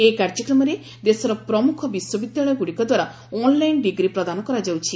ଏହି କାର୍ଯ୍ୟକ୍ରମରେ ଦେଶର ପ୍ରମୁଖ ବିଶ୍ୱବିଦ୍ୟାଳୟଗୁଡ଼ିକଦ୍ୱାରା ଅନ୍ଲାଇନ୍ ଡ୍ରିଗୀ ପ୍ରଦାନ କରାଯାଉଛି